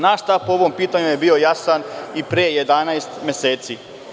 Naš stav po ovom pitanju je bio jasan i pre 11 meseci.